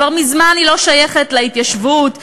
כבר מזמן היא לא שייכת להתיישבות.